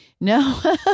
No